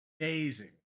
Amazing